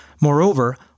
Moreover